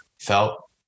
felt